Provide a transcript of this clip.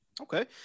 Okay